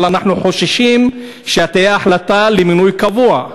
אבל אנחנו חוששים שתהיה החלטה על מינוי קבוע.